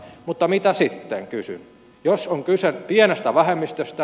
mutta mitä sitten kysyn jos on kyse pienestä vähemmistöstä